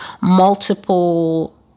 multiple